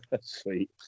Sweet